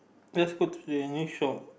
just go to the new shop